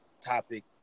topic